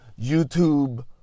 youtube